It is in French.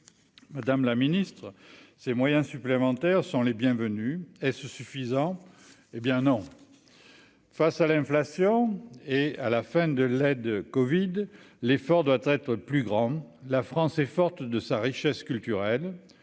Madame la Ministre, ces moyens supplémentaires sont les bienvenues est-ce suffisant, hé bien non, face à l'inflation et à la fin de l'aide de Covid, l'effort doit être plus grand, la France est forte de sa richesse culturelle